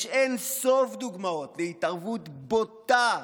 יש אין-סוף דוגמאות להתערבות בוטה,